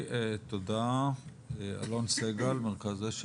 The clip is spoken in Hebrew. תודה, אלון סגל מרכז השל.